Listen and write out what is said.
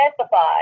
specify